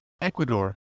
Ecuador